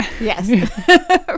Yes